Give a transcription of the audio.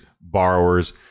borrowers